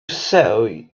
sow